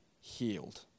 healed